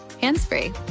hands-free